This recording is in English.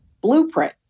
blueprint